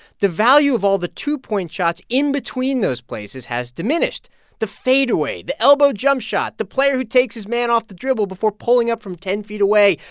the value of all the two point shots in between those places has diminished the fadeaway, the elbow jump shot, the player who takes his man off the dribble before pulling up from ten feet away.